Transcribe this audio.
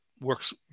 works